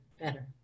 better